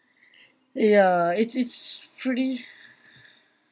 ya it's it's pretty